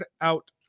Out